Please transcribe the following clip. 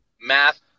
math